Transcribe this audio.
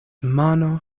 mano